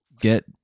get